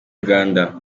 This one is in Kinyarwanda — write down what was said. uganda